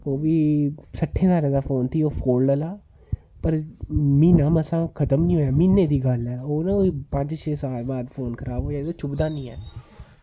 सट्ठें ज्हारें दा ओह् फोन ही फोल्ड आह्ला म्हीना मसां खत्म निं होया म्हीनै दी गल्ल ऐ पंज छे ज्हार दा फोन खराब होऐ ओह् चुब्भदा निं ऐ